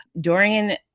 Dorian